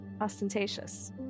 ostentatious